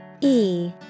E-